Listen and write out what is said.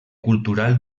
cultural